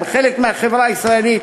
הם חלק מהחברה הישראלית,